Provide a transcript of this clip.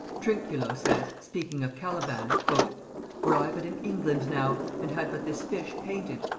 trinculo says, speaking of caliban, were i but in england now. and had but this fish painted,